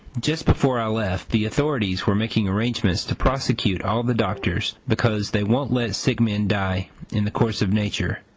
just before i left, the authorities were making arrangements to prosecute all the doctors, because they won't let sick men die in the course of nature,